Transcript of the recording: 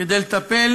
כדי לטפל